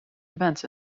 events